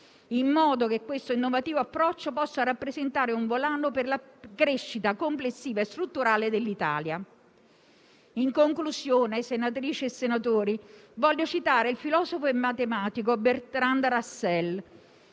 in modo che questo innovativo approccio possa rappresentare un volano per la crescita complessiva e strutturale dell'Italia. In conclusione, senatrici e senatori, voglio citare il filosofo e matematico Bertrand Russell,